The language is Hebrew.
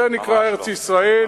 זה נקרא ארץ-ישראל?